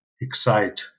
excite